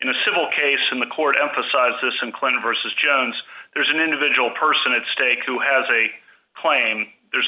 in a civil case in the court emphasizes some clinton versus jones there's an individual person at stake who has a claim there